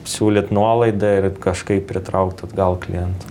siūlyt nuolaidą ir kažkaip pritraukt atgal klientą